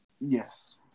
Yes